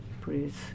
please